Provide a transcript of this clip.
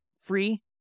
free